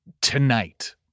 tonight